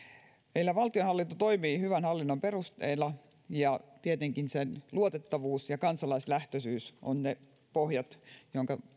meillä valtionhallinto toimii hyvän hallinnon perusteilla ja tietenkin sen luotettavuus ja kansalaislähtöisyys ovat ne pohjat joiden